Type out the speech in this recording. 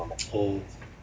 oh